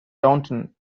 taunton